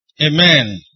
Amen